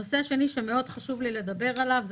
הנושא השני שמאוד חשוב לי לדבר עליו זה